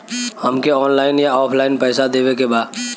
हमके ऑनलाइन या ऑफलाइन पैसा देवे के बा?